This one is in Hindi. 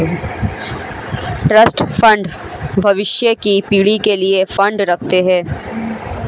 ट्रस्ट फंड भविष्य की पीढ़ी के लिए फंड रखते हैं